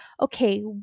okay